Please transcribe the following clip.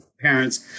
parents